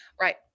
Right